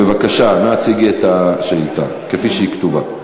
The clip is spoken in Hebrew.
בבקשה, נא הציגי את השאילתה כפי שהיא כתובה.